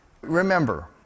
remember